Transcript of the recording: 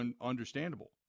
understandable